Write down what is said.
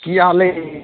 की हाल है